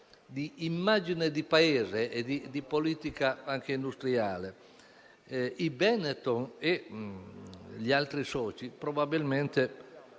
all'immagine di Paese e di politica anche industriale. I Benetton e gli altri soci hanno